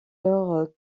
lors